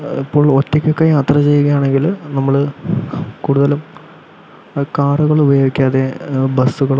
ഇപ്പോൾ ഒറ്റക്ക് ഒക്കെ യാത്ര ചെയ്യുകയാണെങ്കില് നമ്മള് കൂടുതലും കാറുകൾ ഉപയോഗിക്കാതെ ബസുകളോ ട്രെയിനുകളോ അങ്ങനെ ഉപയോഗിക്കുക